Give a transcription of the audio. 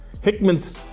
Hickman's